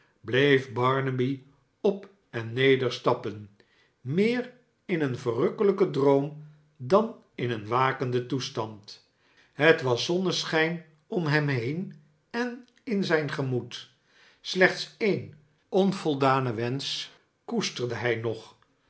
bleef barnaby op en neder stappen meer in een verrukkelijken droom dan in een wakenden toestand het was zonneschijn om hem heen en in zijn gemoed slechts e'en onvoldanen wensch koesterde hij nu nog